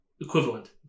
equivalent